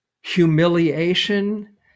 humiliation